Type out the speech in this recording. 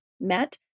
met